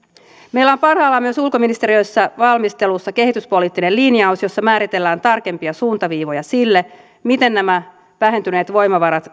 meillä on parhaillaan myös ulkoministeriössä valmistelussa kehityspoliittinen linjaus jossa määritellään tarkempia suuntaviivoja sille miten nämä vähentyneet voimavarat